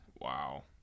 Wow